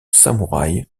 samouraï